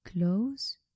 Close